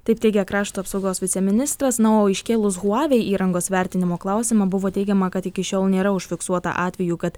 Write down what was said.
taip teigė krašto apsaugos viceministras na o iškėlus huawei įrangos vertinimo klausimą buvo teigiama kad iki šiol nėra užfiksuota atvejų kad